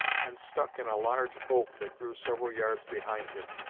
and stuck in a large oak that grew several yards behind him.